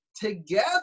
together